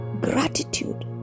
gratitude